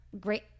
great